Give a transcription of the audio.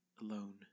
alone